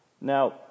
Now